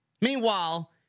Meanwhile